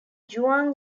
juan